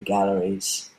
galleries